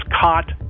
caught